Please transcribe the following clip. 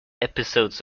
episodes